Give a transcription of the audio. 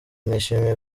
nishimiye